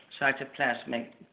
cytoplasmic